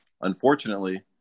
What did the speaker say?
Unfortunately